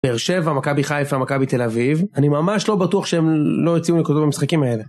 באר שבע, מכבי חיפה, מכבי תל אביב. אני ממש לא בטוח שהם לא יוציאו נקודות במשחקים האלה.